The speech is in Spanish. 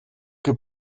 que